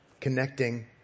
connecting